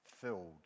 filled